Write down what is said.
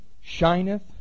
shineth